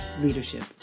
leadership